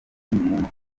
makoperative